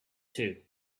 too